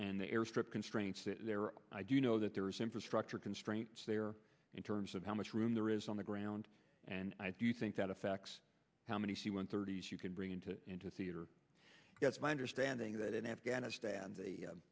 and the airstrip constraints that i do know that there is infrastructure constraints there in terms of how much room there is on the ground and i do think that affects how many c one thirty s you can bring in to into theater that's my understanding that in afghanistan the